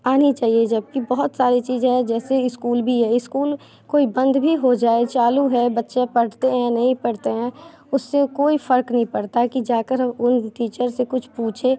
आनी चाहिए जब कि बहुत सारी चीज़े हैं जैसे इस्कूल भी है इस्कूल कोई बंद भी हो जाए चालू है बच्चे पढ़ते हैं नहीं पढ़ते हैं उससे कोई फ़र्क़ नहीं पड़ता है कि जा कर उन टीचर से कुछ पूछें